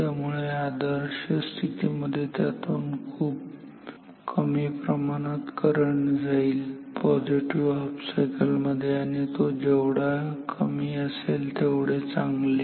त्यामुळे आदर्श स्थितीमध्ये त्यामधून खूप कमी प्रमाणात करंट जाईल पॉझिटिव्ह हाफ सायकल मध्ये आणि तो जेवढा कमी असेल तेवढे चांगले